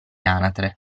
anatre